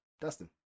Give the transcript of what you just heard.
Dustin